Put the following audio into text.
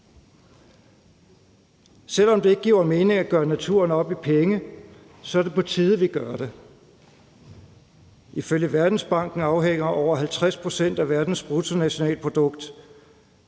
Selv om det ikke giver mening at gøre naturen op i penge, er det på tide, at vi gør det. Ifølge Verdensbanken afhænger over 50 pct. af verdens bruttonationalprodukt